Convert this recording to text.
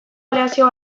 aleazio